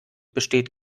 besteht